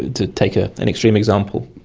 to take ah an extreme example.